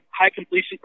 high-completion